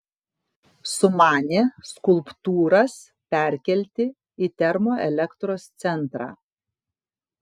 sumanė skulptūras perkelti į termoelektros centrą